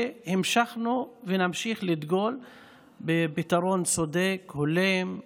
והמשכנו ונמשיך לדגול בפתרון צודק, הולם,